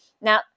Now